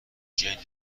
gen